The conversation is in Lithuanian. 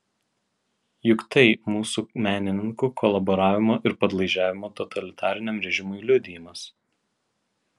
juk tai mūsų menininkų kolaboravimo ir padlaižiavimo totalitariniam režimui liudijimas